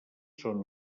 són